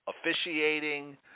officiating